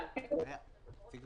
הנושא